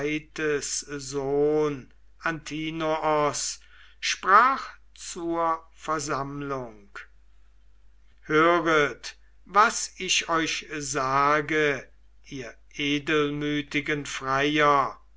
antinoos sprach zur versammlung höret was ich euch sage ihr edelmütigen freier